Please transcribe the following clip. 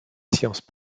sciences